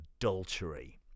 adultery